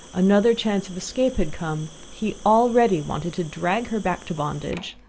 another chance of escape had come, he already wanted to drag her back to bondage!